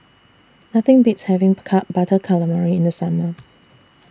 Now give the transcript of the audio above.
Nothing Beats having Butter Calamari in The Summer